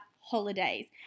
holidays